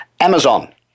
Amazon